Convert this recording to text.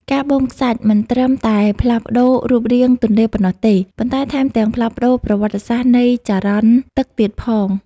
ការបូមខ្សាច់មិនត្រឹមតែផ្លាស់ប្តូររូបរាងទន្លេប៉ុណ្ណោះទេ គឺ ថែមទាំងផ្លាស់ប្តូរប្រវត្តិសាស្ត្រនៃចរន្តទឹកទៀតផង។